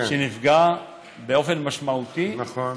שנפגעו באופן משמעותי, נכון.